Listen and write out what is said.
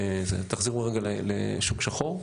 תחזרו לשוק שחור.